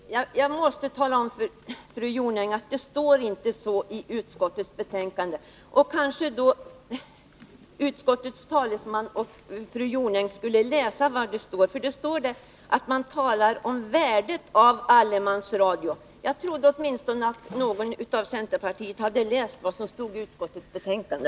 Herr talman! Jag måste tala om för fru Jonäng att det inte står så i utskottets betänkande. Kanske utskottets talesman och fru Jonäng skulle läsa vad som står där. Man talar nämligen om värdet av allemansradion. Jag trodde att åtminstone någon från centerpartiet hade läst vad som står i utskottets betänkande.